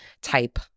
type